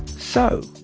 so,